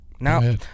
now